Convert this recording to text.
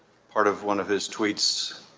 part of one of his tweets.